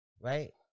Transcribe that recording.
right